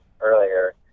earlier